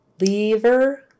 Lever